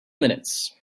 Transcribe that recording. minutes